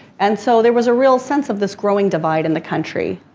and so there was a real sense of this growing divide in the country.